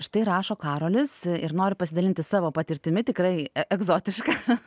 štai rašo karolis ir nori pasidalinti savo patirtimi tikrai e egzotiška